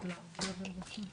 משרד העבודה הרווחה והשירותים